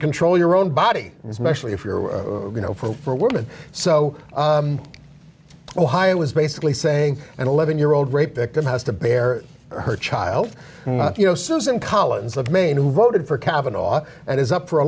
control your own body especially if you're going for a woman so ohio is basically saying an eleven year old rape victim has to bear her child you know susan collins of maine who voted for kavanaugh and is up for